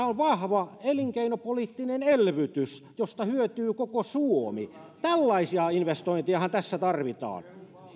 on vahva elinkeinopoliittinen elvytys josta hyötyy koko suomi tällaisia investointejahan tässä tarvitaan